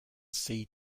seed